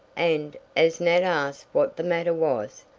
and, as nat asked what the matter was,